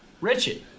Richard